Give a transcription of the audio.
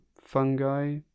fungi